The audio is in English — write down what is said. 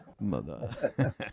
Mother